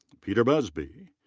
peter buzby.